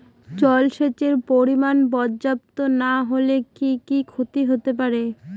জলসেচের পরিমাণ পর্যাপ্ত না হলে কি কি ক্ষতি হতে পারে?